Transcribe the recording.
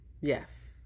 Yes